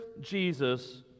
Jesus